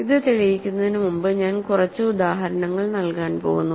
ഇത് തെളിയിക്കുന്നതിന് മുമ്പ് ഞാൻ കുറച്ച് ഉദാഹരണങ്ങൾ നൽകാൻ പോകുന്നു